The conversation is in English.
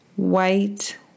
White